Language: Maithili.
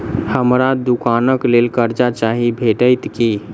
हमरा दुकानक लेल कर्जा चाहि भेटइत की?